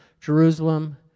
Jerusalem